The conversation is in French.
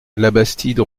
labastide